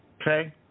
Okay